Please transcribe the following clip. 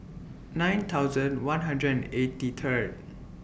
nine thousand one hundred and eighty Third